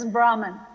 Brahman